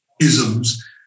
isms